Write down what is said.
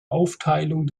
aufteilung